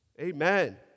Amen